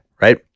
right